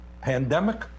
pandemic